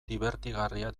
dibertigarria